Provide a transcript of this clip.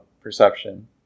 perception